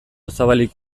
zabalik